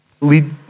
Lead